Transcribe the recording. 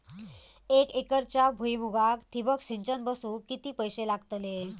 एक एकरच्या भुईमुगाक ठिबक सिंचन बसवूक किती पैशे लागतले?